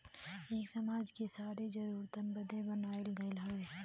एक समाज कि सारी जरूरतन बदे बनाइल गइल हउवे